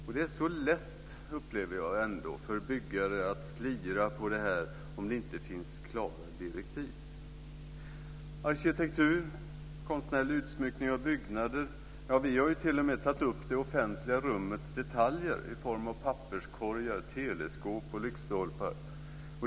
Jag upplever att det är mycket lätt för byggare att slira på detta om det inte finns klara direktiv. Vi har tagit upp arkitektur, konstnärlig utsmyckning av byggnader och t.o.m. det offentliga rummets detaljer i form av papperskorgar, teleskåp och lyktstolpar.